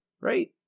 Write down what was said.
right